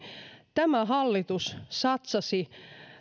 tämä hallitus satsasi